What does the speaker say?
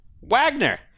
Wagner